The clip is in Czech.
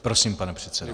Prosím, pane předsedo.